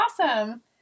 awesome